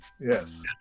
Yes